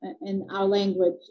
language